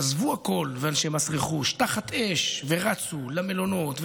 שעזבו הכול תחת אש ורצו למלונות,